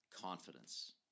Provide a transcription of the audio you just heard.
confidence